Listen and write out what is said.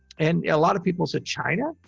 and a lot of people said, china?